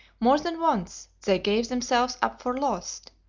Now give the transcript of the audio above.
more than once they gave themselves up for lost,